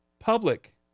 public